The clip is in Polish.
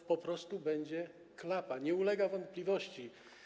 To po prostu będzie klapa, to nie ulega wątpliwości.